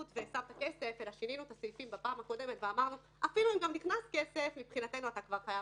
במצב הזה לא ייתנו לו בפעם הנוספת את ההפחתה של 25%. צריך לבקש.